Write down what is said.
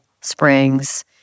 springs